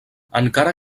encara